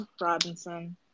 robinson